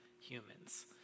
humans